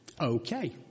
Okay